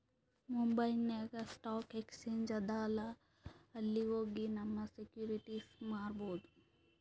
ಮುಂಬೈನಾಗ್ stock exchange ಅದಾ ಅಲ್ಲಿ ಹೋಗಿ ನಮ್ ಸೆಕ್ಯೂರಿಟಿಸ್ ಮಾರ್ಬೊದ್